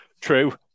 True